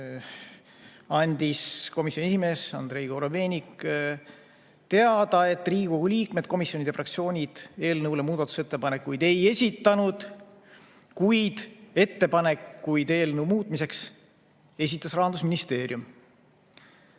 andis komisjoni esimees Andrei Korobeinik teada, et Riigikogu liikmed, komisjonid ja fraktsioonid eelnõu kohta muudatusettepanekuid ei esitanud, kuid ettepanekuid eelnõu muutmiseks esitas Rahandusministeerium.